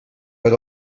per